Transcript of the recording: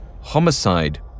homicide